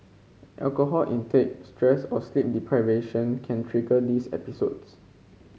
alcohol intake stress or sleep deprivation can trigger these episodes